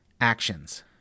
actions